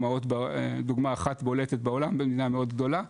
יש דוגמה אחת בולטת בעולם במדינה מאוד גדולה,